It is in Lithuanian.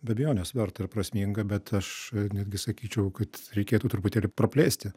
be abejonės verta ir prasminga bet aš netgi sakyčiau kad reikėtų truputėlį praplėsti